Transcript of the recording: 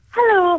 Hello